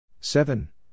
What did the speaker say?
Seven